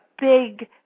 big